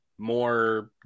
more